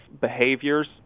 behaviors